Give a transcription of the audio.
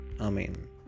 Amen